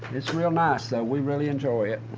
it's real nice. we really enjoy it.